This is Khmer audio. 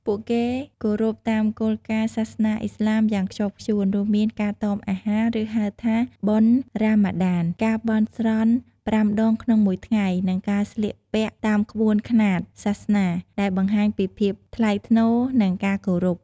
ពួកគេគោរពតាមគោលការណ៍សាសនាឥស្លាមយ៉ាងខ្ជាប់ខ្ជួន រួមមាន ការតមអាហារ ឬហៅថាបុណ្យរ៉ាម៉ាឌាន ការបន់ស្រន់ប្រាំដងក្នុងមួយថ្ងៃ និងការស្លៀកពាក់តាមក្បួនខ្នាតសាសនា ដែលបង្ហាញពីភាពថ្លៃថ្នូរ និងការគោរព។